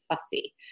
fussy